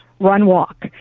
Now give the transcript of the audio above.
run-walk